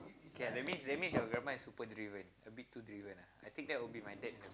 k that means that means your grandma is super driven a bit too driven ah I think that will be my dad in the